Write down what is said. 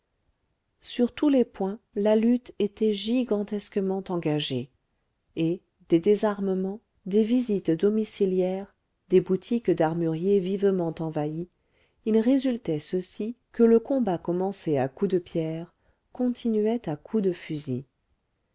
sur tous les points la lutte était gigantesquement engagée et des désarmements des visites domiciliaires des boutiques d'armuriers vivement envahies il résultait ceci que le combat commencé à coups de pierres continuait à coups de fusil